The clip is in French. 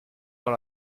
dans